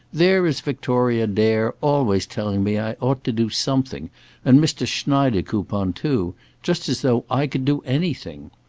there is victoria dare always telling me i ought to do something and mr. schneidekoupon too just as though i could do anything.